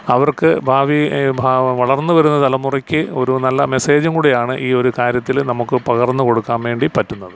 അവർക്കു ഭാവി വളർന്നു വരുന്ന തലമുറയ്ക്ക് ഒരു നല്ല മെസ്സേജും കൂടിയാണ് ഈ ഒരു കാര്യത്തിൽ നമുക്കു പകർന്നു കൊടുക്കാൻ വേണ്ടി പറ്റുന്നത്